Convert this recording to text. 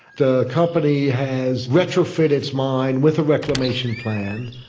the company has retrofitted its mine with a reclamation plan,